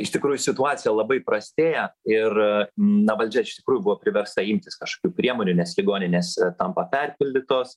iš tikrųjų situacija labai prastėja ir na valdžia iš tikrųjų buvo priversta imtis kažkokių priemonių nes ligoninės tampa perpildytos